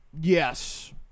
Yes